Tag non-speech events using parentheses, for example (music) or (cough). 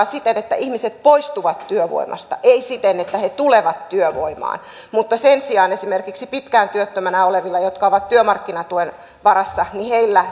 (unintelligible) siten että ihmiset poistuvat työvoimasta ei siten että he tulevat työvoimaan mutta sen sijaan esimerkiksi pitkään työttömänä olevilla jotka ovat työmarkkinatuen varassa